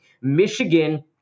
Michigan